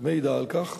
מעידה על כך,